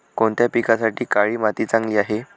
कोणत्या पिकासाठी काळी माती चांगली आहे?